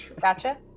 gotcha